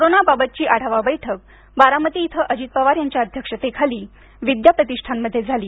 corona बाबतची आढावा बैठक बारामती इथं अजित पवार यांच्या अध्यक्षतेखाली विद्या प्रतिष्ठानमध्ये झाली